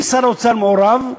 אם שר האוצר מעורב,